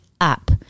up